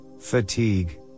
fatigue